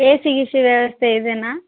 ಏ ಸಿ ಗೀಸಿ ವ್ಯವಸ್ಥೆ ಇದೆಯಾ